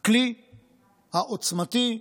הכלי העוצמתי,